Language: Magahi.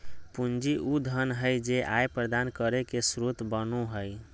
पूंजी उ धन हइ जे आय प्रदान करे के स्रोत बनो हइ